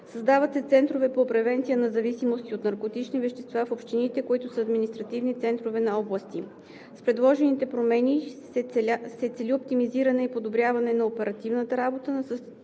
Създават се центрове по превенция на зависимости от наркотични вещества в общините, които са административни центрове на области. С предложените промени се цели оптимизиране и подобряване на оперативната работа